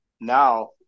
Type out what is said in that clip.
Now